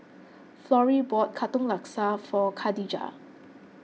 Florrie bought Katong Laksa for Khadijah